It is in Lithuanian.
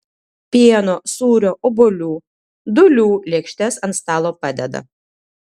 pieno sūrio obuolių dūlių lėkštes ant stalo padeda